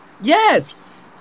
Yes